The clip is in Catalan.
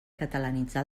catalanitzar